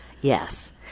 Yes